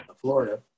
florida